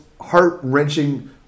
heart-wrenching